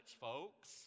folks